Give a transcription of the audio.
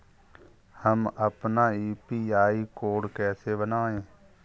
हम अपना UPI code कैसे बनाएँ?